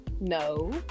no